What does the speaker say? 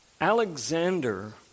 Alexander